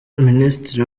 ministre